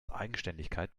eigenständigkeit